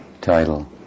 title